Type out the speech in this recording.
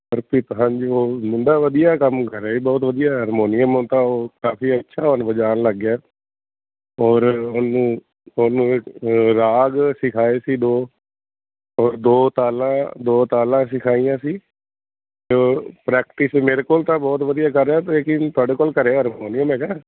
ਹਰਪ੍ਰੀਤ ਹਾਂਜੀ ਉਹ ਮੁੰਡਾ ਵਧੀਆ ਕੰਮ ਕਰ ਰਿਹਾ ਬਹੁਤ ਵਧੀਆ ਹਰਮੋਨੀਅਮ ਤਾਂ ਉਹ ਕਾਫੀ ਅੱਛਾ ਹੁਣ ਵਜਾਉਣ ਲੱਗ ਗਿਆ ਔਰ ਉਹਨੂੰ ਉਹਨੂੰ ਰਾਗ ਸਿਖਾਏ ਸੀ ਦੋ ਔਰ ਦੋ ਤਾਲਾਂ ਦੋ ਤਾਲਾਂ ਸਿਖਾਈਆਂ ਸੀ ਅਤੇ ਪ੍ਰੈਕਟਿਸ ਮੇਰੇ ਕੋਲ ਤਾਂ ਬਹੁਤ ਵਧੀਆ ਕਰ ਰਿਹਾ ਲੇਕਿਨ ਤੁਹਾਡੇ ਕੋਲ ਘਰੇ ਹਰਮੋਨੀਅਮ ਹੈਗਾ